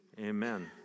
amen